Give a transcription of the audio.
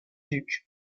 duc